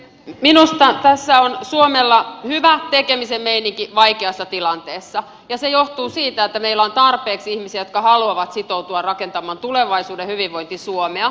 minusta tässä on suomella hyvä tekemisen meininki vaikeassa tilanteessa ja se johtuu siitä että meillä on tarpeeksi ihmisiä jotka haluavat sitoutua rakentamaan tulevaisuuden hyvinvointi suomea